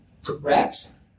Congrats